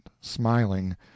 smiling